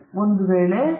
ಈಗ ನೀವು ಒಂದು ವೇಳೆ